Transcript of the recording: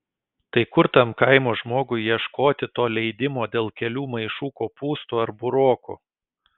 tai kur tam kaimo žmogui ieškoti to leidimo dėl kelių maišų kopūstų ar burokų